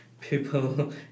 people